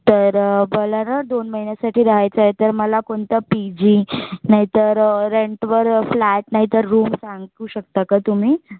तर मला ना दोन महिन्यासाठी राहायचं आहे तर मला कोणता पी जी नाहीतर रेंटवर फ्लॅट नाहीतर रूम सांगू शकता का तुम्ही